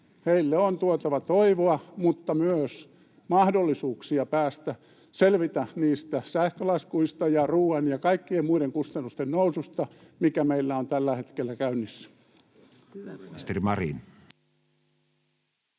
Heille on tuotava toivoa mutta myös mahdollisuuksia selvitä sähkölaskuista ja ruuan ja kaikkien muiden kustannusten noususta, mikä meillä on tällä hetkellä käynnissä.